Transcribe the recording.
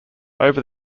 over